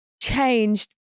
changed